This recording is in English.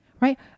Right